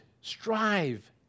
strive